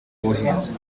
rw’ubuhinzi